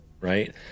right